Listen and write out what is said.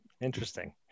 Interesting